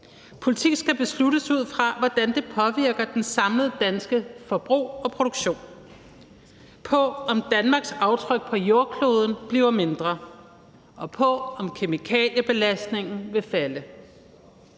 Politik skal besluttes ud fra, hvordan det påvirker det samlede danske forbrug og den samlede danske produktion, ud fra, om Danmarks aftryk på jordkloden bliver mindre, og ud fra, om kemikaliebelastningen vil falde.